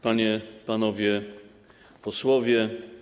Panie, Panowie Posłowie!